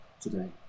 today